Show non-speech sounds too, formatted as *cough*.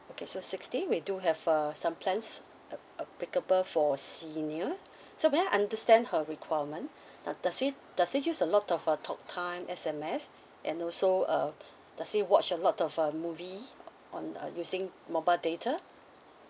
okay so sixty we do have uh some plans app~ applicable for senior so may I understand her requirement uh does she does she use a lot of uh talktime S_M_S and also um does she watch a lot of uh movie *noise* on uh using mobile data